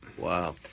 Wow